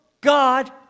God